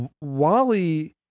Wally